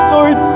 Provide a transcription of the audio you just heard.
Lord